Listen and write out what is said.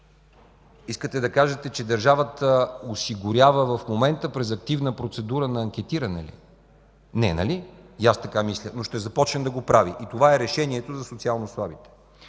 Искате да кажете, че държавата осигурява в момента през активна процедура на анкетиране ли? Не, нали? И аз така мисля. Но ще започне да го прави и това е решението за социално слабите.